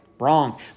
wrong